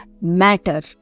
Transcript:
matter